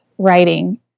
writing